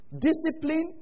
Discipline